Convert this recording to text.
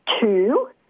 two